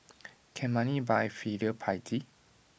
can money buy filial piety